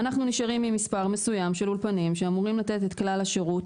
אנחנו נשארים עם מספר מסוים של אולפנים שאמורים לתת את כלל השירות,